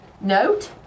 note